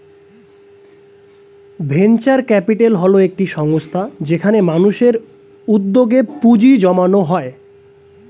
venture capital হল একটি সংস্থা যেখানে মানুষের উদ্যোগে পুঁজি জমানো হয়